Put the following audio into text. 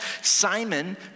Simon